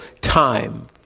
time